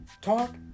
talk